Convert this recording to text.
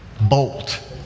Bolt